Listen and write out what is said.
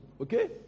Okay